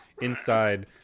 inside